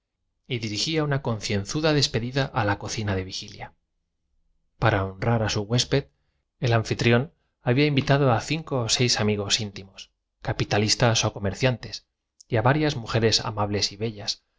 y dirigía una concienzuda despedida a la cocina de vigilia para honrar a su huésped el anfitrión había invitad a cinc próximo número el ataque del molino por emilio zola biblioteca nacional de españa biblioteca nacional de españa o seis amigos íntimos capitalistas o comerciantes y a varias mujeres comensales al